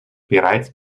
bereits